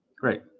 Great